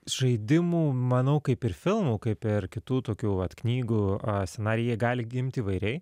žaidimu manau kaip ir filmo kaip ir kitų tokių knygų scenarijai jie gali gimti įvairiai